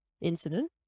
incident